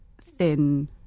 thin